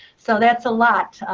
so that's a lot,